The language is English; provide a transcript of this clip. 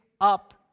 up